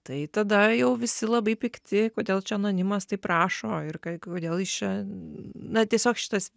tai tada jau visi labai pikti kodėl čia anonimas taip rašo ir kai kodėl jis čia na tiesiog šitas